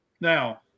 Now